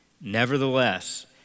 Nevertheless